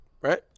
right